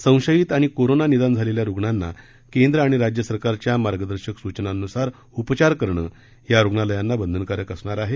संशयित आणि कोरोना निदान झालेल्या रुग्णांना केंद्र आणि राज्य सरकारच्या मार्गदर्शक सूचनांनुसार उपचार करणं या रुग्णालयांना बंधनकारक असणार आहे